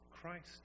Christ